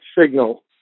signal